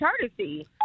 courtesy